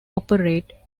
operate